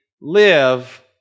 live